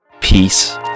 Peace